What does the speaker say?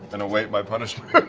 and await my punishment.